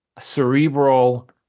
cerebral